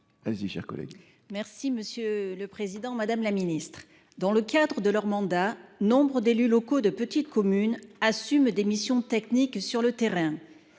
territoriales et de la ruralité. Dans le cadre de leur mandat, nombre d’élus locaux de petites communes assument des missions techniques sur le terrain.